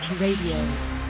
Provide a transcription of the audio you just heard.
Radio